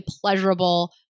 pleasurable